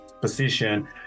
position